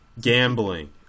Gambling